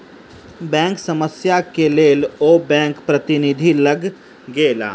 bank समस्या के लेल ओ बैंक प्रतिनिधि लग गेला